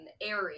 airy